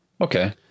okay